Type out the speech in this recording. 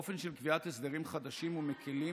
באופן של קביעת הסדרים חדשים ומקילים